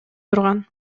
турган